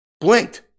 blinked